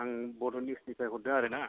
आं बड' निउसनिफ्राय हरदों आरो ना